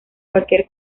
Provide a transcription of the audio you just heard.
cualquier